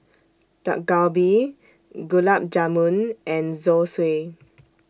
Dak Galbi Gulab Jamun and Zosui